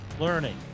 Learning